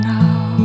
now